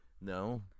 No